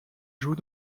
joue